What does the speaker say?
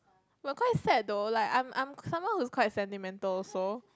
but quite sad though like I'm I'm someone who's quite sentimental also